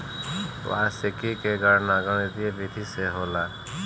वार्षिकी के गणना गणितीय विधि से होला